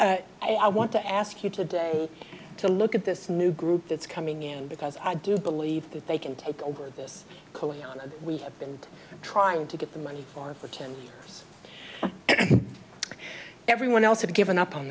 and i want to ask you today to look at this new group that's coming in because i do believe that they can take over this we have been trying to get the money for for ten years and everyone else had given up on